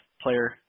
player